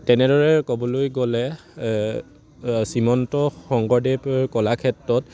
তেনেদৰে ক'বলৈ গ'লে শ্ৰীমন্ত শংকৰদেৱ কলাক্ষেত্ৰত